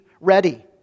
ready